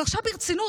אבל עכשיו ברצינות,